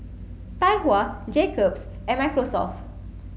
Tai Hua Jacob's and Microsoft